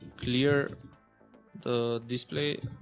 clear the display